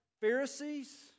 Pharisees